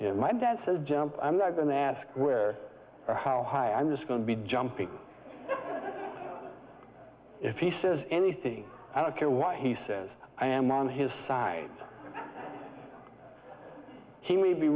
know my dad says jump i'm not going to ask where or how high i'm just going to be jumping if he says anything i don't care why he says i am on his side he may be